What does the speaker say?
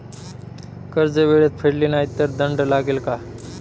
कर्ज वेळेत फेडले नाही तर दंड लागेल का?